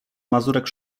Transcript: mazurek